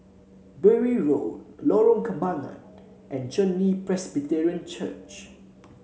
Bury Road Lorong Kembagan and Chen Li Presbyterian Church